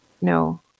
No